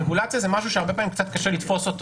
רגולציה זה משהו שהרבה פעמים קצת קשה לתפוס,